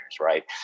Right